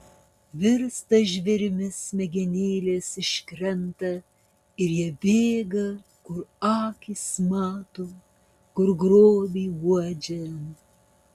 virsta žvėrimis smegenėlės iškrenta ir jie bėga kur akys mato kur grobį uodžia